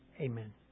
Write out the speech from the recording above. Amen